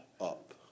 Up